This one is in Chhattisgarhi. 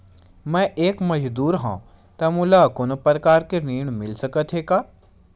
मैं एक मजदूर हंव त मोला कोनो प्रकार के ऋण मिल सकत हे का?